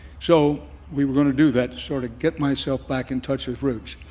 so, we were going to do that, sort of get myself back in touch with roots.